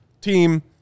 team